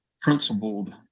principled